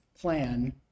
plan